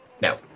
No